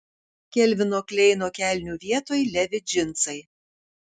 kelvino kleino kelnių vietoj levi džinsai